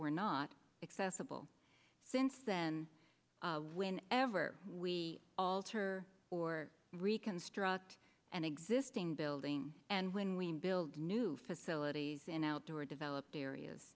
were not accessible since then when ever we alter or reconstruct an existing building and when we build new facilities in outdoor developed areas